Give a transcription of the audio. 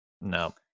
no